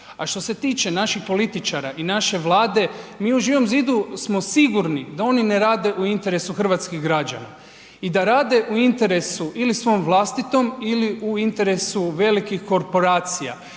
A što se tiče naših političara i naše Vlade, mi u Živom zidu smo sigurni da oni ne rade u interesu hrvatskih građana i da rade u interesu ili svom vlastitom ili u interesu velikih korporacija.